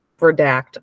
redact